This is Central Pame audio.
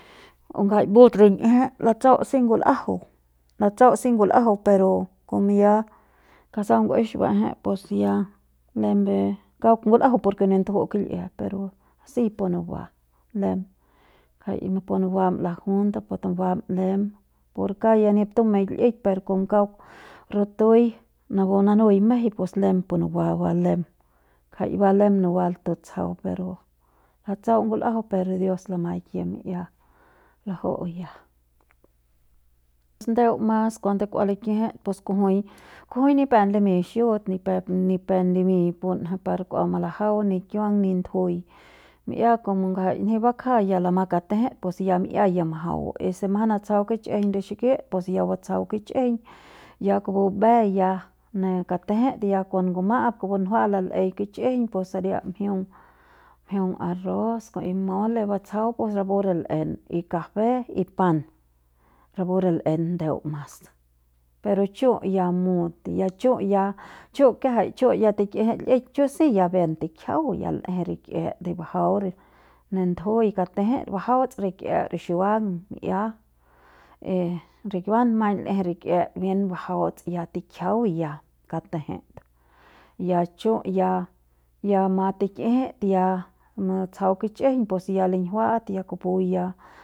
O ngjai mbut rin'iejet latsau si ngul'ajau latsau si ngul'ajau pero komo ya kasau nguex ba'eje pus ya lembe kauk ngul'ajau por ke nip tuju'u kil'ie pero si pu nuba lem jai pu nubam la junta pu tubam lem por kauk ya nip tumeik l'ik per kon kauk rutui napu na nui mejei pus lem pu nuba pu nuba lem ngjai lem ba nuba tutsjau pero latsjau ngul'ajau pero dios lamaik ya mi'ia laju'u ya. Pus ndeu mas cuando kua likijit pus kujui kujui ni pe limiñ xut ni pep ni pep limiñ punje par kua malajau ni kiuang ni ndujui mi'ia komo nji bakja ya lama katejet pus ya mi'ia ya majau y si mjang natsjau kichjiñ ne xiki pus ya batsjau kichjiñ ya kupu mbe ya ne katejet ya kon nguma'ap punjuail lal'ei kich'ijiñ pus saria mjiung njiung arroz y mole batsjau pus rapu re l'en y café y pan rapu re l'en ndeu mas pero chu' ya mut ya chu' ya chu kiajai chu' ya tikijit l'ik chu' si ya bien tikiajau ya l'eje rik'ie de bajau ne ndujui katejet bajauts rik'ie rixiuang mi'ia y rikiuan maiñ l'eje rikie bien bajauts ya tikiajau ya katejet ya chu' ya, ya ma tikijit ya manatsjau kich'ijiñ pus ya linjua'at ya kupu ya.